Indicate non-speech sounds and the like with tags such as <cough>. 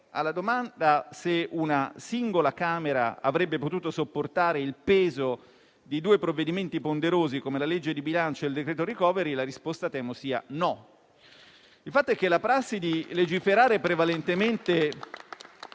Alla domanda se una singola Camera avrebbe potuto sopportare peso di due provvedimenti ponderosi come la legge di bilancio e il decreto *recovery* la risposta temo sia no. <applause> Il fatto è che la prassi di legiferare prevalentemente